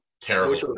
Terrible